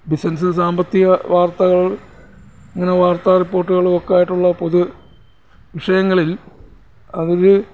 business സാമ്പത്തിക വാർത്തകൾ ഇങ്ങനെ വാർത്താ റിപ്പോർട്ടുകളും ഒക്കെ ആയിട്ടുള്ള പൊതുവിഷയങ്ങളിൽ അവർ